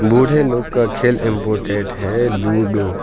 بوڑھے لوگ کا کھیل امپوٹینٹ ہے لوڈو